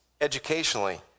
educationally